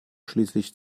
schließlich